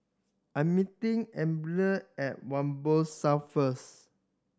I'm meeting at Whampoa South first